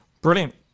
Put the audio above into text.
brilliant